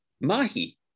mahi